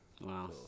Wow